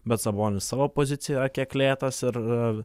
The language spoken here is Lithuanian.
bet sabonis savo pozicijoje kiek lėtas ir